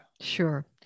Sure